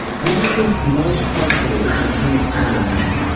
visiting most hospitals and clinics in the land,